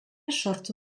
sortu